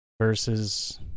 Versus